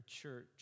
church